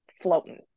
floating